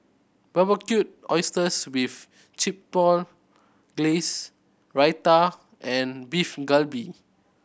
Barbecued Oysters with Chipotle Glaze Raita and Beef Galbi